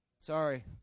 Sorry